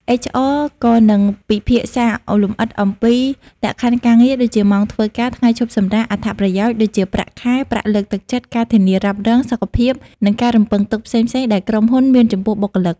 HR ក៏នឹងពិភាក្សាលម្អិតអំពី លក្ខខណ្ឌការងារ ដូចជាម៉ោងធ្វើការ ថ្ងៃឈប់សម្រាក អត្ថប្រយោជន៍ ដូចជាប្រាក់ខែ ប្រាក់លើកទឹកចិត្ត ការធានារ៉ាប់រង សុខភាព និងការរំពឹងទុកផ្សេងៗដែលក្រុមហ៊ុនមានចំពោះបុគ្គលិក។